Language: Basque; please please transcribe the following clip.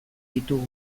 ditugu